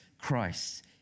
Christ